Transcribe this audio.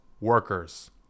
workers